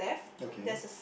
okay